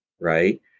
right